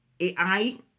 AI